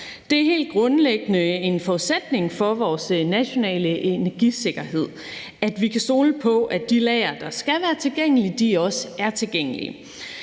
en forudsætning for vores nationale energisikkerhed, at vi kan stole på, at de lagre, der skal være tilgængelige, også er tilgængelige.